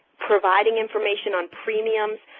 providing information on premiums,